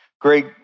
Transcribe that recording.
great